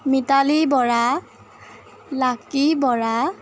Mitali Bora Lucky Bora